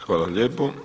Hvala lijepo.